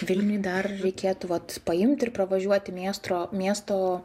vilniuj dar reikėtų vat paimt ir pravažiuoti meistro miesto